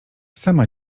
sama